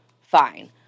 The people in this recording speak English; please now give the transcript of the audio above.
fine